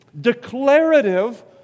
Declarative